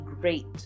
great